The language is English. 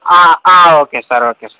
okay sir okay sir